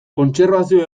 kontserbazio